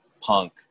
punk